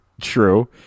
true